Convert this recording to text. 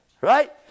Right